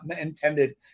intended